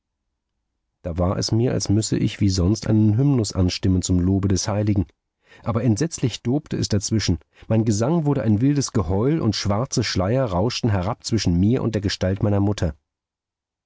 da war es mir als müsse ich wie sonst einen hymnus anstimmen zum lobe des heiligen aber entsetzlich tobte es dazwischen mein gesang wurde ein wildes geheul und schwarze schleier rauschten herab zwischen mir und der gestalt meiner mutter